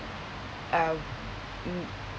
um mm